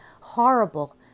horrible